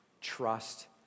Trust